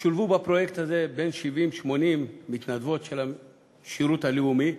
שולבו בפרויקט הזה בין 70 ל-80 מתנדבות של השירות הלאומי,